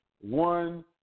one